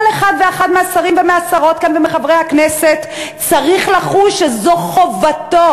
כל אחד ואחת מהשרים והשרות כאן ומחברי הכנסת צריך לחוש שזו חובתו.